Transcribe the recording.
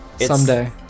Someday